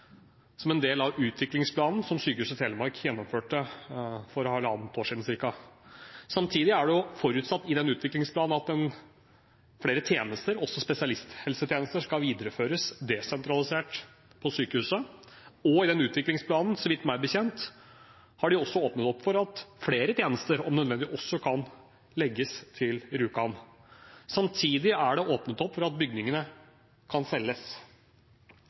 som en del av utviklingsplanen som Sykehuset Telemark gjennomførte for ca. halvannet år siden. Samtidig er det forutsatt i den utviklingsplanen at flere tjenester, også spesialisthelsetjenester, skal videreføres desentralisert på sykehuset, og i den utviklingsplanen har de – så vidt jeg vet – også åpnet opp for at flere tjenester om nødvendig kan legges til Rjukan. Samtidig er det åpnet opp for at bygningene kan selges.